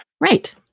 right